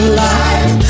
life